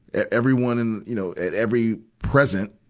everyone in, you know, at every present,